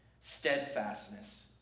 steadfastness